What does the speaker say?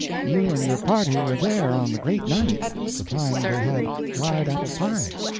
you and your party were there on the great night, the time they had dried-apple-pie,